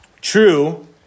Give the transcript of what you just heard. true